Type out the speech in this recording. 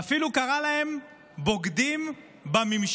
ואפילו קראה להם "בוגדים בממשל",